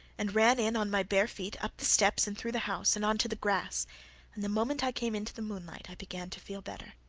and ran in on my bare feet, up the steps, and through the house, and on to the grass and the moment i came into the moonlight, i began to feel better.